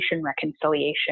reconciliation